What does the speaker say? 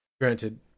Granted